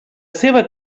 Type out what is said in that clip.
seva